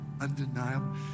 undeniable